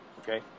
okay